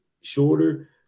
shorter